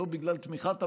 ולא בגלל תמיכת הממשלה,